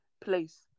place